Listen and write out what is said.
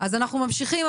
אז אנחנו ממשיכים,